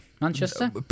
Manchester